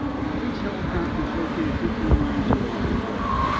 the police helicopter's located fifteen miles away in blair.